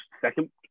second